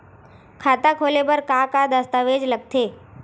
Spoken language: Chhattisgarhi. खाता खोले बर का का दस्तावेज लगथे?